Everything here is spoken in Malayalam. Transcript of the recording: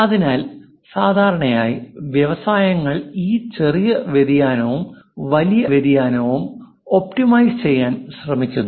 അതിനാൽ സാധാരണയായി വ്യവസായങ്ങൾ ഈ ചെറിയ വ്യതിയാനവും വലിയ വ്യതിയാനവും ഒപ്റ്റിമൈസ് ചെയ്യാൻ ശ്രമിക്കുന്നു